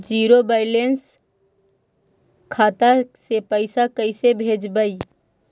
Zero balance खाता से पैसा कैसे भेजबइ?